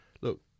look